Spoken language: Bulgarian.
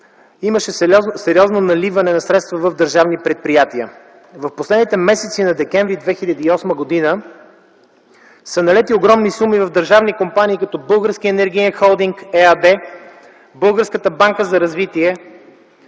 имаше сериозно наливане на средства в държавни предприятия. В последните седмици на декември 2008 г. са налети огромни суми в държавни компании като Български енергиен холдинг ЕАД, Българската банка за развитие.